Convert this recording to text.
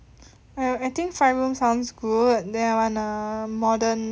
I I think five room sounds good then I want a modern